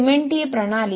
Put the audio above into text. सिमेंटीय प्रणाली